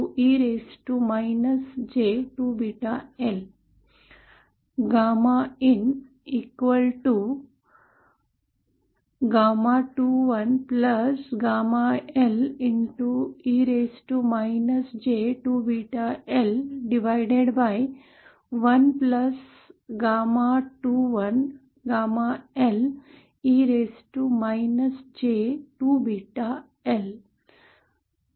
GAMAin साठी सोडवताना इतक समीकरण मिळते